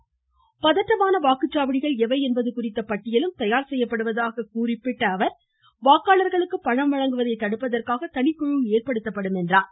மாநிலத்தில் பதட்டமான வாக்குச்சாவடிகள் எவை என்பது குறித்த பட்டியலும் தயார் செய்யப்படுவதாக கூறிய அவர் வாக்காளர்களுக்கு பணம் வழங்குவதை தடுப்பதற்காக தனிக்குழு ஏற்படுத்தப்படும் என்றார்